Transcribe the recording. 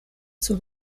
zur